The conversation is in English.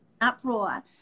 uproar